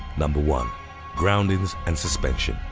number one groundings and suspension